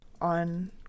on